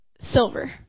silver